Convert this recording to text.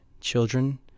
children